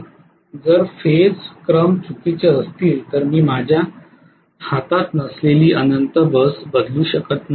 जर फेज क्रम चुकीचे असतील तर मी माझ्या हातात नसलेली इन्फिनिटी बस बदलू शकत नाही